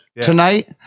tonight